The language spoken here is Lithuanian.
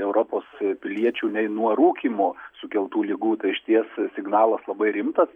europos piliečių nei nuo rūkymo sukeltų ligų tai išties signalas labai rimtas